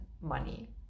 money